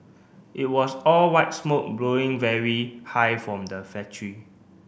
it was all white smoke blowing very high from the factory